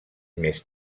més